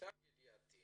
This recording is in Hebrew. למיטב ידיעתי